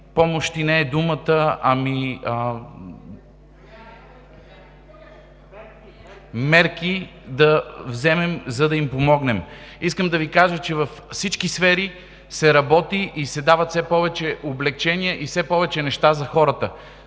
ЕВГЕНИ БУДИНОВ: ...мерки да вземем, за да им помогнем. Искам да Ви кажа, че във всички сфери се работи и се дават все повече облекчения и все повече неща за хората.